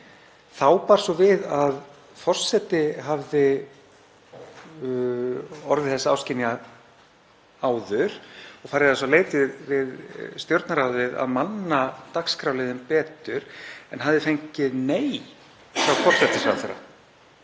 Þá bar svo við að forseti hafði orðið þess áskynja áður og farið þess á leit við Stjórnarráðið að manna dagskrárliðinn betur en hafði fengið nei frá forsætisráðherra.